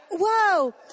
whoa